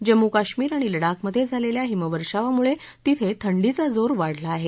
जम्मू काश्मीर आणि लडाख मध्ये झालेल्या हिमवर्षावामुळे तिथे थंडीचा जोर वाढला आहे